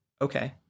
okay